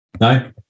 No